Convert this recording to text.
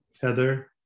Heather